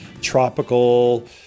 tropical